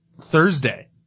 Thursday